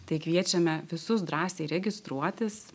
tai kviečiame visus drąsiai registruotis